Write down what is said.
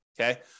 okay